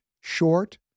short